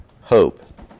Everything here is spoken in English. hope